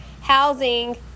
housing